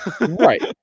right